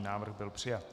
Návrh byl přijat.